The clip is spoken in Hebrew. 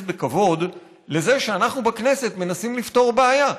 בכבוד לזה שאנחנו בכנסת מנסים לפתור בעיה.